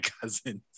cousins